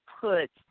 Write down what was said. put